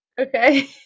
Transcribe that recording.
Okay